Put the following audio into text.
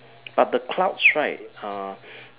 but the clouds right uh